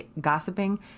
gossiping